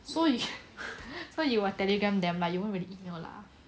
so you so you will telegram them lah you won't really email lah